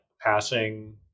passing